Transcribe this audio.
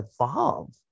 evolve